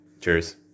Cheers